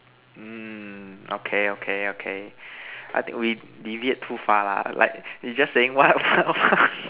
mm okay okay okay I think we deviate too far lah like we just saying what what what